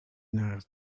naar